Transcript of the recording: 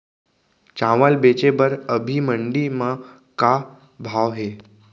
चांवल बेचे बर अभी मंडी म का भाव हे?